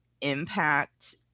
impact